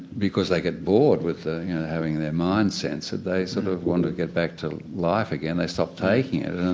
because they get bored with having their mind censored they sort of want to get back to life again, they stop taking it.